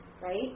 right